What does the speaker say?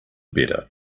better